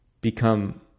become